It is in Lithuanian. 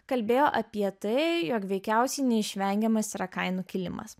kalbėjo apie tai jog veikiausiai neišvengiamas yra kainų kilimas